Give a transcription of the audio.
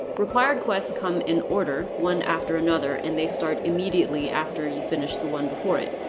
required quests come in order, one after another, and they start immediately after you finish the one before it.